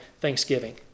thanksgiving